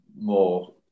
more